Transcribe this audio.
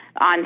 on